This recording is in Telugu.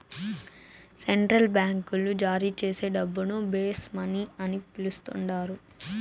సెంట్రల్ బాంకీలు జారీచేసే డబ్బును బేస్ మనీ అని పిలస్తండారు